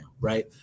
Right